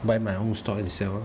buy my own stuff and sell lor